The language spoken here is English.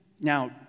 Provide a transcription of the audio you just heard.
Now